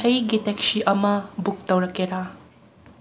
ꯑꯩꯒꯤ ꯇꯦꯛꯁꯤ ꯑꯃ ꯕꯨꯛ ꯇꯧꯔꯛꯀꯦꯔꯥ